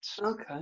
Okay